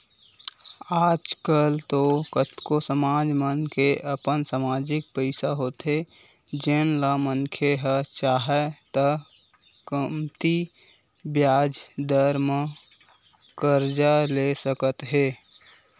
आज कल तो कतको समाज मन के अपन समाजिक पइसा होथे जेन ल मनखे ह चाहय त कमती बियाज दर म करजा ले सकत हे